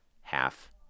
half